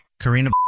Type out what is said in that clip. Karina